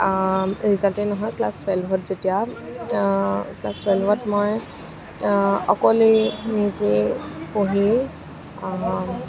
ৰিজাল্টে নহয় ক্লাছ টুৱেলভত যেতিয়া ক্লাছ টুৱেলভত মই অকলেই নিজে পঢ়িয়েই